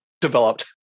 developed